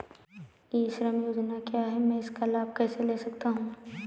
ई श्रम योजना क्या है मैं इसका लाभ कैसे ले सकता हूँ?